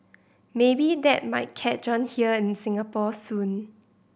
maybe that might catch on here in Singapore soon